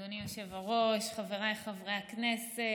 אדוני היושב-ראש, חבריי חברי הכנסת,